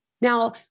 Now